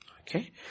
Okay